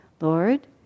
Lord